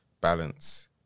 balance